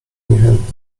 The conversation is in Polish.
niechętnie